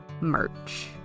merch